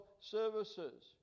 services